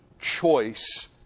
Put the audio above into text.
choice